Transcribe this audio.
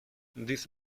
this